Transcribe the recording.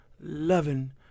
loving